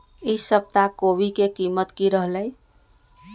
ई सप्ताह कोवी के कीमत की रहलै?